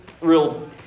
real